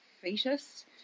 fetus